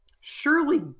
surely